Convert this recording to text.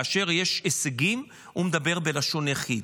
כאשר יש הישגים הוא מדבר בלשון יחיד,